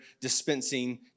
dispensing